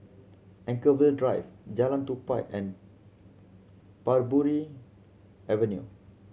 Anchorvale Drive Jalan Tupai and Parbury Avenue